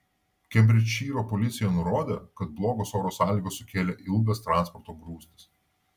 kembridžšyro policija nurodė kad blogos oro sąlygos sukėlė ilgas transporto grūstis